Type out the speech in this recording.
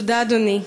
תודה, אדוני.